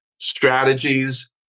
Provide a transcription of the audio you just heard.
strategies